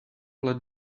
let